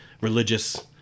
religious